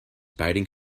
biting